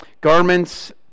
Garments